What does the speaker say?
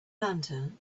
lantern